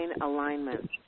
alignment